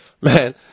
Man